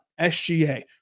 SGA